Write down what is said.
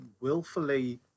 willfully